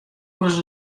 ris